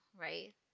right